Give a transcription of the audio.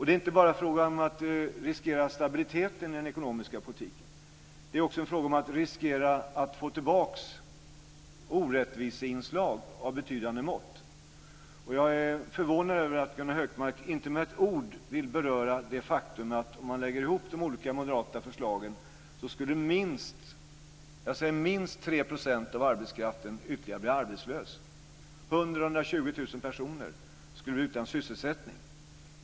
Det är inte bara frågan om att riskera stabiliteten i den ekonomiska politiken. Det är också en fråga om att riskera att få tillbaka orättviseinslag av betydande mått. Jag är förvånad över att Gunnar Hökmark inte med ett ord vill beröra det faktum att om man lägger ihop de olika moderata förslagen skulle ytterligare minst 3 % av arbetskraften bli arbetslös. 100 000 120 000 personer skulle bli utan sysselsättning.